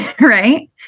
right